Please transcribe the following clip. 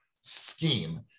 scheme